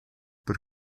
per